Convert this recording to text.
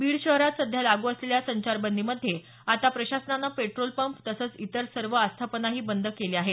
बीड शहरात सध्या लागू असलेल्या संचारबंदीमध्ये आता प्रशासनानं पेट्रोल पंप तसंच इतर सर्व आस्थापनाही बंद केल्या आहेत